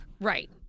right